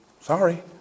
sorry